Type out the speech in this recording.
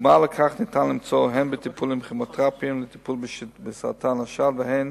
דוגמה לכך ניתן למצוא הן בטיפולים כימותרפיים לסרטן השד והן